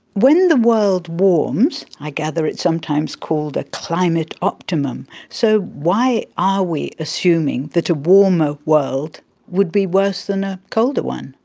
when the world warms, i gather it's sometimes called a climate optimum, so why are we assuming that a warmer world would be worse than a colder one?